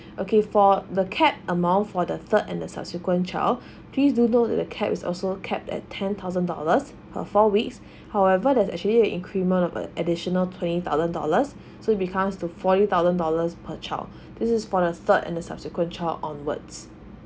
okay for the cap amount for the third and the subsequent child please do know that the cap is also kept at ten thousand dollars a four weeks however there's actually an increament of uh additional twenty thousand dollars so it becomes to forty thousand dollars per child this is for the third and the subsequent child onwards